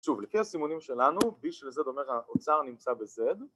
‫שוב, לפי הסימונים שלנו, ‫b של z אומר האוצר נמצא בz.